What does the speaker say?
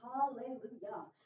Hallelujah